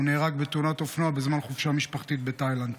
נהרג בתאונת אופנוע בזמן חופשה משפחתית בתאילנד.